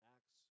Acts